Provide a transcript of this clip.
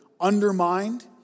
undermined